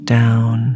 down